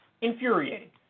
Infuriating